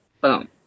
Boom